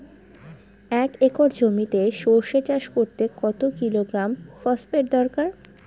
এক একর জমিতে সরষে চাষ করতে কত কিলোগ্রাম ফসফেট দরকার?